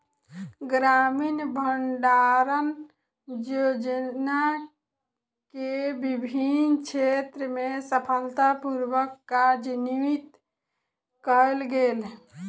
ग्रामीण भण्डारण योजना के विभिन्न क्षेत्र में सफलता पूर्वक कार्यान्वित कयल गेल